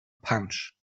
punch